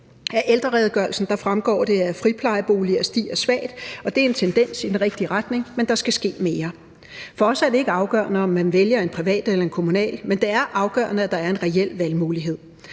Af ældreredegørelsen fremgår det, at antallet af friplejeboliger stiger svagt, og det er en tendens i den rigtige retning, men der skal ske mere. For os er det ikke afgørende, om man vælger en privat eller en kommunal, men det er afgørende, at der er en reel valgmulighed.